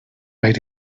made